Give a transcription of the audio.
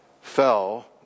fell